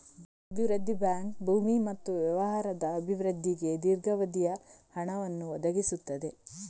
ಭೂ ಅಭಿವೃದ್ಧಿ ಬ್ಯಾಂಕ್ ಭೂಮಿ ಮತ್ತು ವ್ಯವಹಾರದ ಅಭಿವೃದ್ಧಿಗೆ ದೀರ್ಘಾವಧಿಯ ಹಣವನ್ನು ಒದಗಿಸುತ್ತದೆ